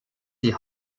die